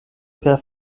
per